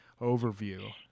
overview